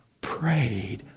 prayed